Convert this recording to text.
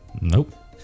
Nope